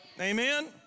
Amen